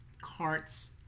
carts